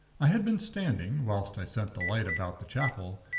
i had been standing, whilst i sent the light about the chapel,